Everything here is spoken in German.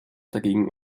dagegen